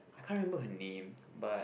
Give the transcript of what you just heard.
I can't remember her name but